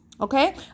Okay